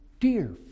Dear